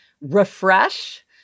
REFRESH